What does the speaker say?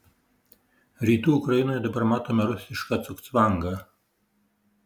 rytų ukrainoje dabar matome rusišką cugcvangą